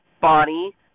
Bonnie